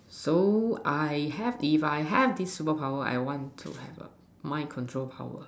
so I have if I have this super power I want to have a mind control power